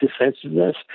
defensiveness